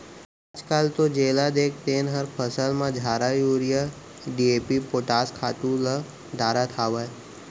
आजकाल तो जेला देख तेन हर फसल म झारा यूरिया, डी.ए.पी, पोटास खातू ल डारत हावय